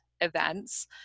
events